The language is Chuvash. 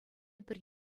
пӗр